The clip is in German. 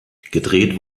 gedreht